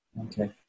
okay